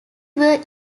were